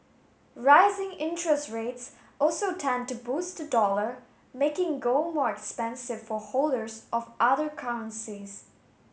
rising interest rates also tend to boost the dollar making gold more expensive for holders of other currencies